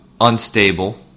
unstable